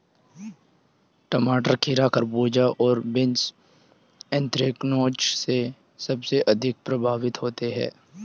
टमाटर, खीरा, खरबूजे और बीन्स एंथ्रेक्नोज से सबसे अधिक प्रभावित होते है